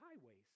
highways